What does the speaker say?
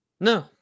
No